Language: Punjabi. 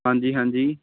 ਹਾਂਜੀ ਹਾਂਜੀ